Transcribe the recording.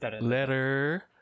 letter